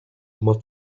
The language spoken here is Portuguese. uma